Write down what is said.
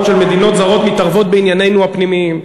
של מדינות זרות מתערבות בעניינינו הפנימיים.